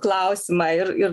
klausimą ir ir